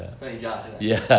在你家啊现在